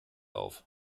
auf